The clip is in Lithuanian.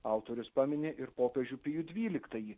autorius pamini ir popiežių pijų dvyliktąjį